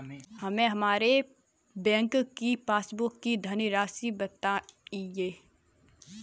हमें हमारे बैंक की पासबुक की धन राशि बताइए